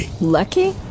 Lucky